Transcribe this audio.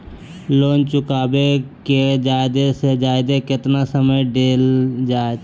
Loan चुकाबे के जादे से जादे केतना समय डेल जयते?